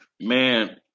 Man